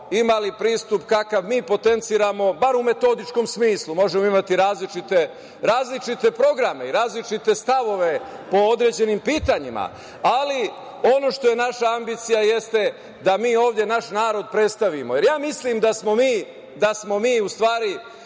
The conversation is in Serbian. imaju pristup kakav mi potenciramo, bar u metodičkom smislu. Možemo imati različite programe i različite stavove po određenim pitanjima, ali ono što je naša ambicija jeste da mi ovde naš narod predstavimo. Ja mislim da smo mi mnoge